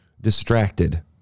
distracted